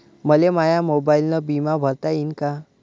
मले माया मोबाईलनं बिमा भरता येईन का?